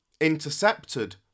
intercepted